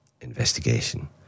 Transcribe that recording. investigation